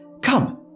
Come